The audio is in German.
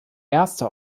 erste